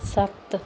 ਸੱਤ